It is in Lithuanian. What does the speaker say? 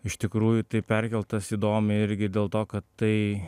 iš tikrųjų tai perkeltas įdomiai irgi dėl to kad tai